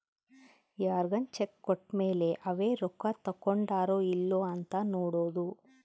ಯಾರ್ಗನ ಚೆಕ್ ಕೋಟ್ಮೇಲೇ ಅವೆ ರೊಕ್ಕ ತಕ್ಕೊಂಡಾರೊ ಇಲ್ಲೊ ಅಂತ ನೋಡೋದು